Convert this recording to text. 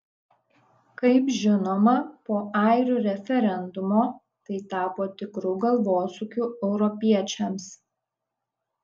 kaip žinoma po airių referendumo tai tapo tikru galvosūkiu europiečiams